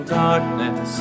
darkness